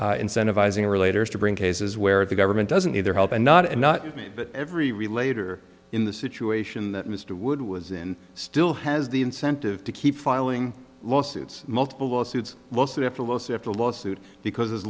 to bring cases where the government doesn't need their help and not and not me but every relator in the situation that mr wood was in still has the incentive to keep filing lawsuits multiple lawsuits mostly after most after a lawsuit because as